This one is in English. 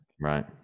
right